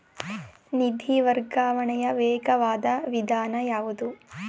ನಿಧಿ ವರ್ಗಾವಣೆಯ ವೇಗವಾದ ವಿಧಾನ ಯಾವುದು?